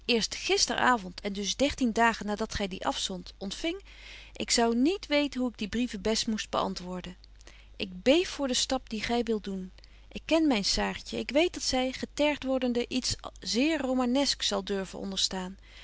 eerst gister avond en dus dertien dagen na dat gy die afzondt ontfing ik zou niet weten hoe ik die brieven best moest beantwoorden ik beef voor den stap dien gy wilt doen ik ken myn saartje ik weet dat zy getergt wordende iets zeer romanesk zal durven